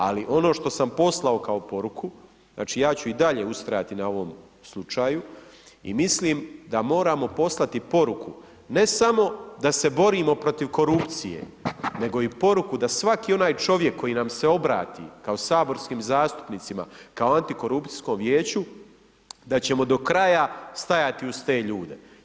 Ali, ono što sam poslao kao poruku, znači ja ću i dalje ustrajati na ovom slučaju i mislim da moramo poslati poruku, ne samo da se borimo protiv korupcije, nego i poruku da svaki onaj čovjek koji nam se obrati kao saborskim zastupnicima, kao antikorupcijskom vijeću, da ćemo do kraja stajati uz te ljude.